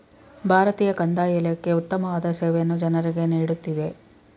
ಭಾರತೀಯ ಕಂದಾಯ ಇಲಾಖೆ ಉತ್ತಮವಾದ ಸೇವೆಯನ್ನು ಜನರಿಗೆ ನೀಡುತ್ತಿದೆ